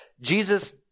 Jesus